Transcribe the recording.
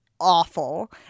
awful